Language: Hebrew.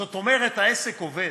זאת אומרת, העסק עובד.